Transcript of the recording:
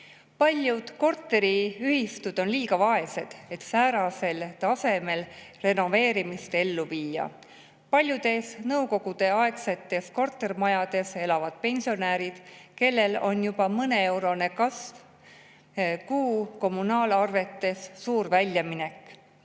Paljud korteriühistud on liiga vaesed, et säärasel tasemel renoveerimist ellu viia. Paljudes nõukogudeaegsetes kortermajades elavad pensionärid, kellel juba mõneeurone kasv kuu kommunaalarvetes on suur väljaminek.